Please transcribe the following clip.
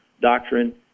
Doctrine